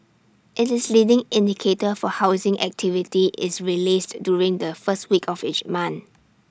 IT is leading indicator for housing activity is released during the first week of each month